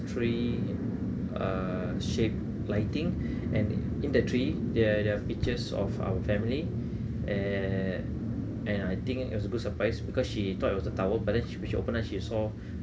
tree err shape lighting and in that tree there're there're pictures of our family and and I think it was a good surprise because she thought it was a towel but then she she open up she saw